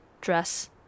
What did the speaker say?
dress